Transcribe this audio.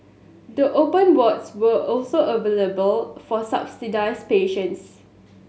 the open wards also available for subsidised patients